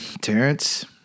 Terrence